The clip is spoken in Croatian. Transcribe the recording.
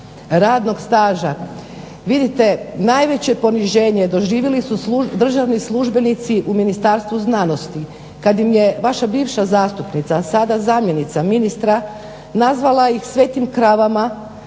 radnog staža. Vidite najveće poniženje doživjeli su državni službenici u Ministarstvu znanosti kad im je vaša bivša zastupnica, a sada zamjenica ministra nazvala ih svetim kravama.